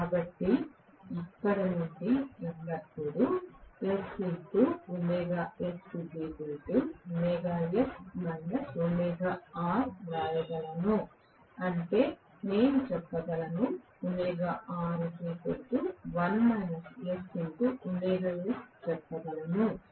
కాబట్టి నేను ఇక్కడ నుండి ఎల్లప్పుడూ వ్రాయగలను అంటే నేను చెప్పగలను చెప్పగలను